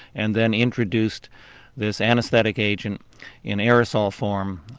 and then introduced this anaesthetic agent in aerosol form,